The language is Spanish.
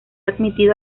admitido